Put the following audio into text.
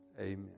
Amen